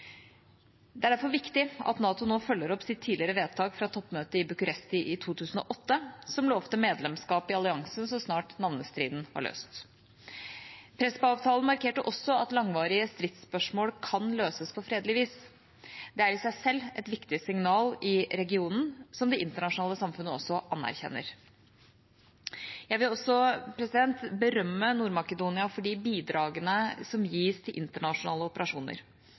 Det er derfor viktig at NATO nå følger opp sitt tidligere vedtak fra toppmøtet i Bucuresti i 2008, som lovte medlemskap i alliansen så snart navnestriden var løst. Prespa-avtalen markerte også at langvarige stridsspørsmål kan løses på fredelig vis. Det er i seg selv et viktig signal i regionen, noe som det internasjonale samfunnet også anerkjenner. Jeg vil også berømme Nord-Makedonia for de bidragene som gis til internasjonale operasjoner.